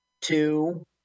two